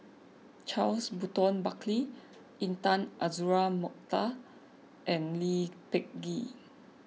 Charles Burton Buckley Intan Azura Mokhtar and Lee Peh Gee